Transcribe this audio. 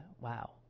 wow